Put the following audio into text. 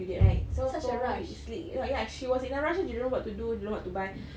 date right so four week league no ya she was in a rush lah she don't know what to do she don't know what to buy